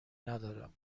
ندارم